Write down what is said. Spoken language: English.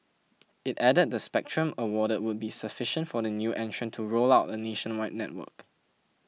it added the spectrum awarded would be sufficient for the new entrant to roll out a nationwide network